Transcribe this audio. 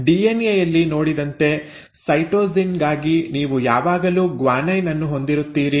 DNA ಯಲ್ಲಿ ನೋಡಿದಂತೆ cytosine ಗಾಗಿ ನೀವು ಯಾವಾಗಲೂ ಗ್ವಾನೈನ್ ಅನ್ನು ಹೊಂದಿರುತ್ತೀರಿ